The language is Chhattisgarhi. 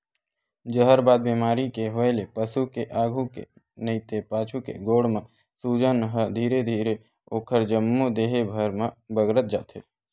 जहरबाद बेमारी के होय ले पसु के आघू के नइते पाछू के गोड़ म सूजन ह धीरे धीरे ओखर जम्मो देहे भर म बगरत जाथे